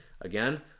again